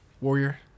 warrior